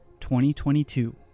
2022